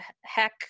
heck